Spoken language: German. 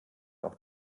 auch